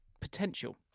potential